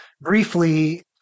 briefly